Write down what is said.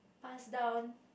pass down